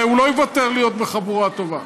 הרי הוא לא יוותר על להיות בחבורה טובה.